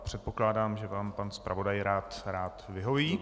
Předpokládám, že vám pan zpravodaj rád vyhoví.